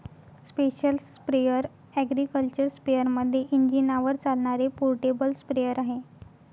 special sprayer agriculture स्पेअरमध्ये इंजिनावर चालणारे पोर्टेबल स्प्रेअर आहे